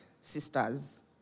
sisters